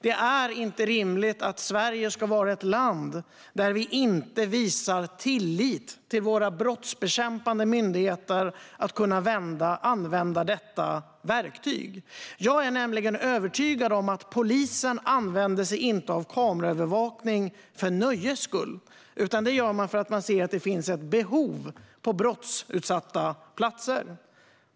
Det är inte rimligt att Sverige ska vara ett land där vi inte visar tillit till våra brottsbekämpande myndigheters förmåga att använda detta verktyg. Jag är nämligen övertygad om att polisen inte använder sig av kameraövervakning för nöjes skull utan för att man ser att det finns ett behov på brottsutsatta platser.